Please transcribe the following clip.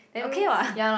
okay [what]